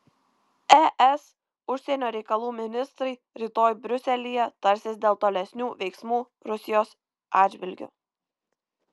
es užsienio reikalų ministrai rytoj briuselyje tarsis dėl tolesnių veiksmų rusijos atžvilgiu